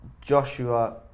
Joshua